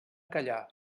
callar